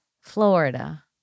Florida